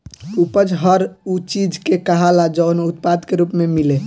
उपज हर उ चीज के कहाला जवन उत्पाद के रूप मे मिले